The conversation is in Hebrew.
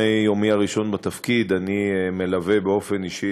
מיומי הראשון בתפקיד אני מלווה באופן אישי